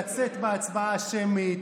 לצאת בהצבעה השמית,